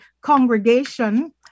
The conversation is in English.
congregation